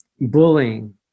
bullying